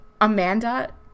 Amanda